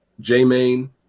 J-Main